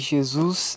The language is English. Jesus